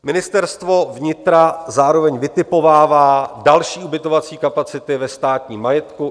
Ministerstvo vnitra zároveň vytipovává další ubytovací kapacity ve státním majetku.